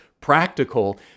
practical